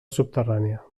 subterrània